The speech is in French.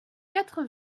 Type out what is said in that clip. quatre